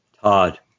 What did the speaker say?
todd